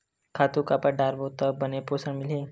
खातु काबर डारबो त बने पोषण मिलही?